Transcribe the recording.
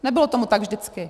Nebylo tomu tak vždycky.